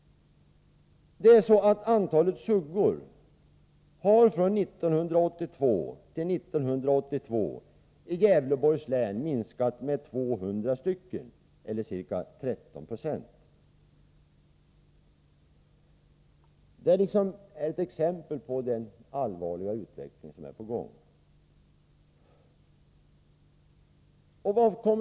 Antalet suggor i Gävleborgs län har från 1982 till 1983 minskat med 200 eller ca 13 26. Det är ett exempel på den allvarliga utveckling som är på gång.